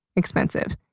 expensive.